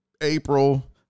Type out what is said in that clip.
April